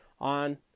on